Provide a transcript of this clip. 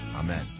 Amen